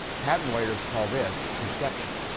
patent lawyers call this conception.